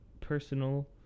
personal